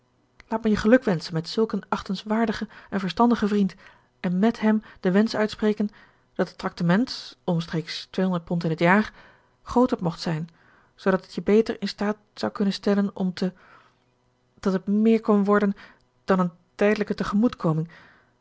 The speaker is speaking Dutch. laat mij je gelukwenschen met zulk een achtenswaardigen en verstandigen vriend en mèt hem den wensch uitspreken dat het traktement omstreeks tweehonderd pond in het jaar grooter mocht zijn zoodat het je beter in staat zou kunnen stellen om te dat het meer kon worden dan een tijdelijke